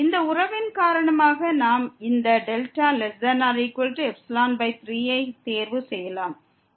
இந்த உறவின் காரணமாக நாம் இந்த δ≤3 ஐத் தேர்வு செய்யலாம்